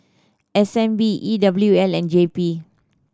S N B E W L and J P